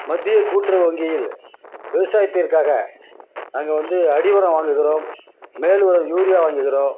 மத்திய கூட்றவு வங்கியில் விவசாயத்திற்காக நாங்கள் வந்து அடி உரம் வாங்குகிறோம் மேல் உரம் யூரியா வாங்குகிறோம்